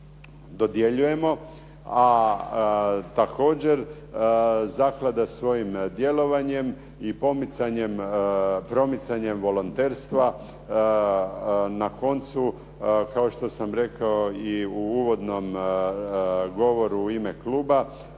dodjeljujemo, a također zaklada svojim djelovanjem i pomicanjem, promicanjem volonterstva na koncu kao što sam rekao i u uvodnom govoru u ime kluba